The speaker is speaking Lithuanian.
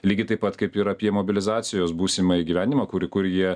lygiai taip pat kaip ir apie mobilizacijos būsimąjį gyvenimą kur kur jie